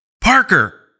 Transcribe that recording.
Parker